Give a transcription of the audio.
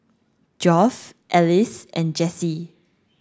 Geoff Ellis and Jessy